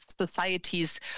societies